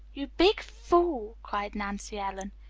you big fool! cried nancy ellen.